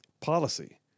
Policy